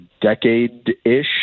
decade-ish